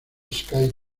sky